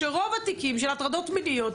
שרוב התיקים של הטרדות מיניות,